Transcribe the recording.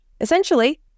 Essentially